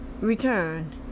return